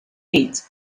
eight